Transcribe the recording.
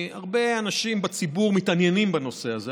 הרבה אנשים בציבור מתעניינים בנושא הזה.